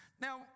Now